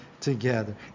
together